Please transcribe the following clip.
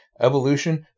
Evolution